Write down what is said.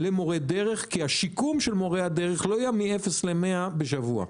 למורי דרך כי השיקום שלהם לא יהיה מאפס למאה בשבוע.